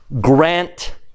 Grant